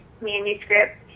manuscript